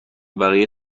بقیه